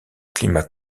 climat